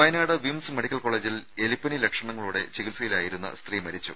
വയനാട് വിംസ് മെഡിക്കൽ കോളേജിൽ എലിപ്പനി ലക്ഷണങ്ങളോടെ ചികിത്സയിലായിരുന്ന സ്ത്രീ മരിച്ചു